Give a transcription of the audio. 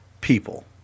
people